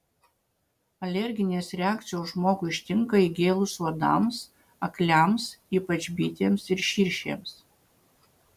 alerginės reakcijos žmogų ištinka įgėlus uodams akliams ypač bitėms ir širšėms